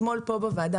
אתמול פה בוועדה,